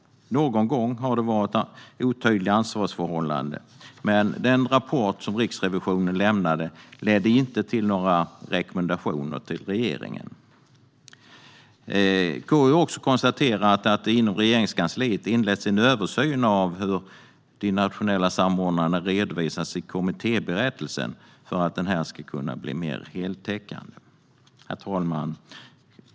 Någon gång har det varit otydliga ansvarsförhållanden. Men den rapport som Riksrevisionen har lämnat har inte lett till några rekommendationer till regeringen. KU har också konstaterat att Regeringskansliet har inlett en översyn av hur de nationella samordnarna ska redovisas i kommittéberättelsen, för att den ska bli mer heltäckande. Herr talman!